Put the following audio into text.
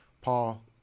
Paul